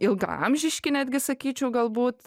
ilgaamžiški netgi sakyčiau galbūt